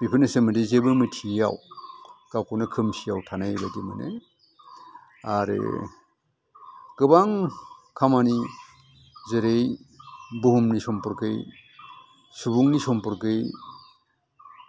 बेफोरनि सोमोन्दै जेबो मिथियैआव गावखौनो खोमसियाव थानाय बायदि मोनो आरो गोबां खामानि जेरै बुहुमनि सम्पर्खै सुबुंनि सम्पर्खै